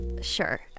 sure